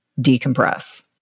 decompress